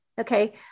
Okay